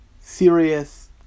serious